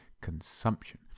consumption